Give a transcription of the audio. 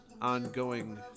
ongoing